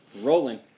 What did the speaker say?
Rolling